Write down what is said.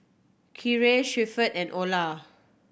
Keira Shepherd and Ola